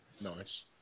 nice